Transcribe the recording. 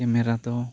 camera ᱫᱚ